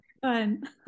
fun